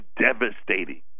devastating